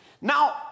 Now